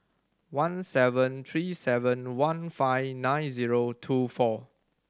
one seven three seven one five nine zero two four